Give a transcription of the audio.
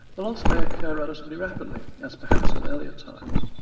the loss may occur relatively rapidly, as perhaps in earlier times,